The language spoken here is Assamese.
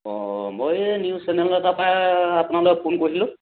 অঁ মই এই নিউজ চেনেল এটাৰ পৰা আপোনালে ফোন কৰিছিলোঁ